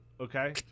okay